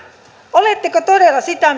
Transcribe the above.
oletteko todella sitä